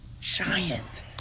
giant